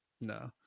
No